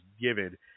given